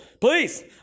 Please